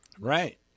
Right